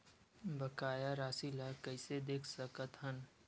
बकाया राशि ला कइसे देख सकत हान?